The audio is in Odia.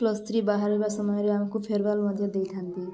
ପ୍ଲସ୍ ଥ୍ରୀ ବାହାରିବା ସମୟରେ ଆମକୁ ଫେୟର୍ ୱେଲ୍ ମଧ୍ୟ ଦେଇଥାନ୍ତି